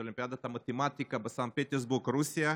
אולימפיאדת מתמטיקה בסנט פטרסבורג ברוסיה.